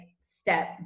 step